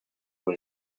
were